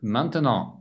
Maintenant